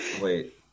Wait